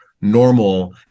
normal